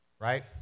right